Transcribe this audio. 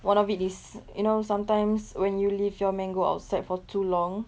one of it is you know sometimes when you leave your mango outside for too long